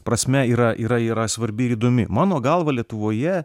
prasme yra yra yra svarbi ir įdomi mano galva lietuvoje